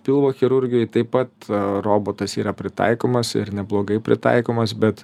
pilvo chirurgijoj taip pat robotas yra pritaikomas ir neblogai pritaikomas bet